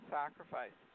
sacrifice